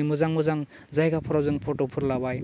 मोजां मोजां जायगाफ्राव जों फट'फोर लाबाय